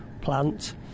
plant